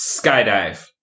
Skydive